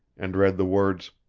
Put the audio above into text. and read the words